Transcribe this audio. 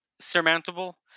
surmountable